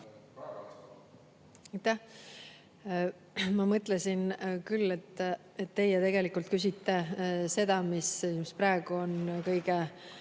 Ma mõtlesin küll, et teie tegelikult küsite seda, mis praegu on kõige